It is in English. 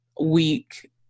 week